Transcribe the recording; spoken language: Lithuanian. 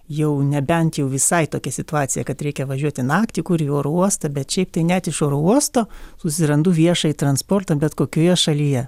jau nebent jau visai tokia situacija kad reikia važiuoti naktį kur į oro uostą bet šiaip tai net iš oro uosto susirandu viešąjį transportą bet kokioje šalyje